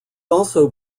also